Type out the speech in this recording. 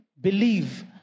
believe